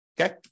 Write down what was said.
okay